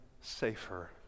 safer